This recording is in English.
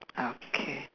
okay